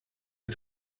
der